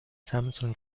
samson